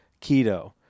keto